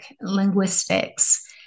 linguistics